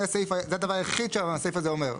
זה הדבר היחיד שהסעיף הזה אומר.